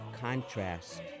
contrast